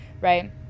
right